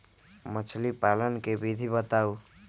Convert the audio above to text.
मछली पालन के विधि बताऊँ?